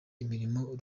imirimo